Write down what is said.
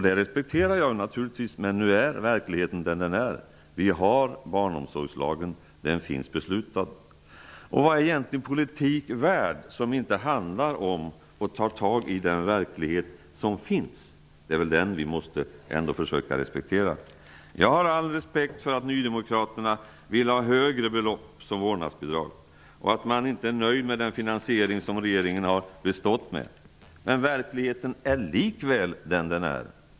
Det respekterar jag naturligtvis, men nu är verkligheten som den är. Vi har barnomsorgslagen. Den finns beslutad. Och vad är egentligen politik värd som inte handlar om att ta tag i den verklighet som finns? Det är väl den vi måste försöka respektera. Jag har all respekt för att Nydemokraterna vill ha högre belopp som vårdnadsbidrag och att de inte är nöjda med den finansiering som regeringen har bestått med. Men verkligheten är likväl som den är.